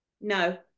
No